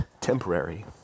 temporary